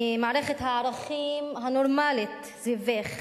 ממערכת הערכים הנורמלית סביבך,